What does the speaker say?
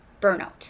burnout